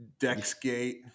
Dexgate